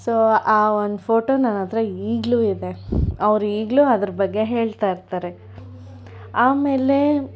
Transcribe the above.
so ಆ ಒಂದು photo ನನ್ನ ಹತ್ರ ಈಗಲೂ ಇದೆ ಅವರು ಈಗಲೂ ಅದರ ಬಗ್ಗೆ ಹೇಳ್ತಾಯಿರ್ತಾರೆ ಆಮೇಲೆ